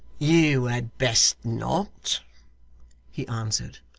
you had best not he answered.